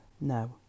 No